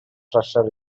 treasure